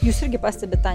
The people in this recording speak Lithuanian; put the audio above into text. jūs irgi pastebit tą